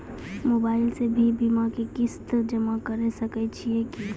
Mobile से भी बीमा के किस्त जमा करै सकैय छियै कि?